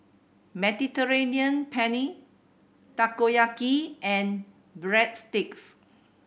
Mediterranean Penne Takoyaki and Breadsticks